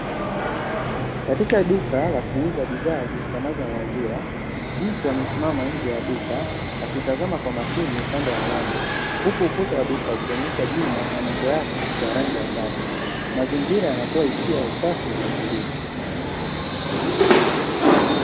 Katika duka la kuuza bidhaa zitokanazo na maziwa, mtu amesimama nje ya duka akitazama kwa makini upande wa mlango huku ukuta wa duka ukionyesha jina na nembo yake kwa rangi angavu; mazingira yanatoa hisia ya usafi na utulivu.